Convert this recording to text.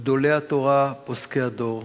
גדולי התורה, פוסקי הדור,